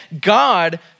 God